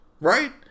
right